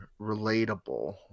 relatable